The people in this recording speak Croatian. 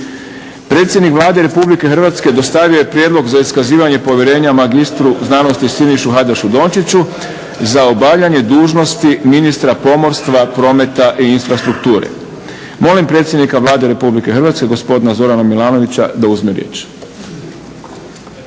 Predsjednik Vlade RH dostavio je prijedlog za iskazivanje povjerenja mr.sc. Sinišu Hajdašu Dončiću za obavljanje dužnosti ministra pomorstva, prometa i infrastrukture. Molim predsjednika Vlade RH gospodina Zorana Milanovića da uzme riječ.